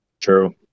True